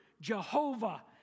Jehovah